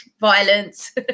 violence